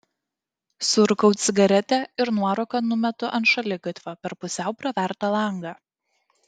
surūkau cigaretę ir nuorūką numetu ant šaligatvio per pusiau pravertą langą